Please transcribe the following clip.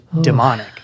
demonic